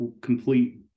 complete